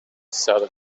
seldom